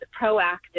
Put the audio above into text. proactive